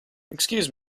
excuse